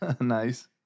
Nice